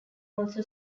also